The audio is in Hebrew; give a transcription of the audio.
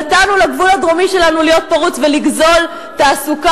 נתנו לגבול הדרומי שלנו להיות פרוץ ולגזול תעסוקה